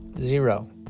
Zero